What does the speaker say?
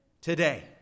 today